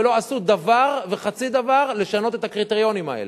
ולא עשו דבר וחצי דבר לשנות את הקריטריונים האלה.